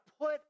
put